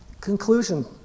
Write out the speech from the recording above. conclusion